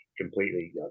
completely